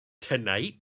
Tonight